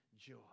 joy